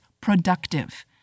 productive